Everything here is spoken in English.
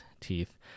teeth